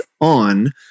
on